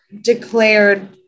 declared